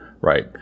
right